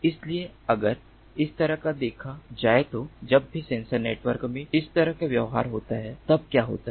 इसलिए अगर इस तरह का देखा जाए तो जब भी सेंसर नेटवर्क में इस तरह का व्यवहार होता है तब क्या होता है